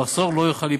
המחסור לא יוכל להיפתר.